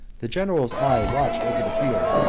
the general's eye watched over the field,